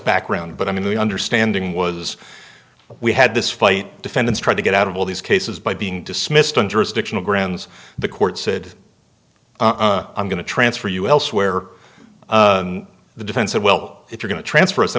background but i mean the understanding was we had this fight defendants tried to get out of all these cases by being dismissed on jurisdictional grounds the court said i'm going to transfer you elsewhere the defense said well if you're going to transfer